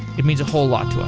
it means a whole lot